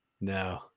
No